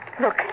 look